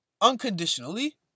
unconditionally